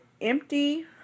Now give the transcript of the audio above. empty